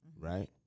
right